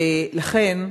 ולכן,